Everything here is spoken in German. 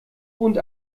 und